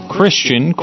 Christian